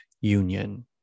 union